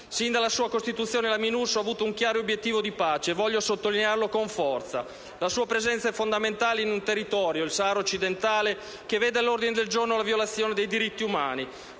Sin dalla sua costituzione la Minurso ha avuto un chiaro obiettivo di pace e - voglio sottolinearlo con forza - la sua presenza è fondamentale in un territorio (il Sahara Occidentale) che vede all'ordine del giorno la violazione dei diritti umani.